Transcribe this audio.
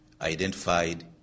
identified